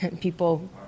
people